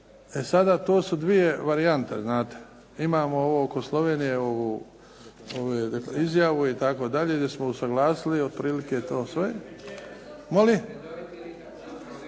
sada to su dvije varijante znate. Imamo ovo oko Slovenije izjavu itd. gdje smo usuglasili otprilike i to sve… …